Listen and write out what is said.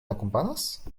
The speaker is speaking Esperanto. akompanas